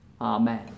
Amen